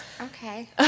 okay